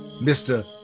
Mr